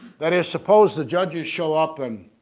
that is suppose the judges show up and